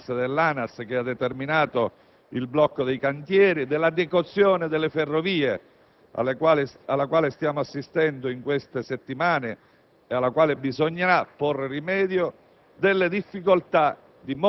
del dissanguamento delle casse dell'ANAS (che ha determinato il blocco dei cantieri), della decozione delle ferrovie (alla quale stiamo assistendo in queste settimane e alla quale bisognerà porre rimedio),